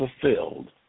fulfilled